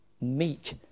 meek